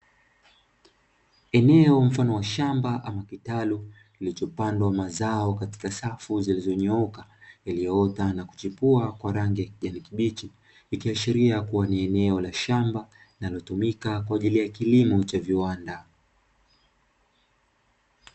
Eneo mfano wa shamba ama kitalu kilichopandwa mazao katika safu zilizonyooka, yaliyoota na kuchipua kwa rangi ya kijani kibichi, ikiashiria ni eneo la shamba linalotumika kwa ajili ya kilimo cha viwanda.